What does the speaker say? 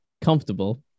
comfortable